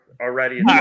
already